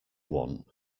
want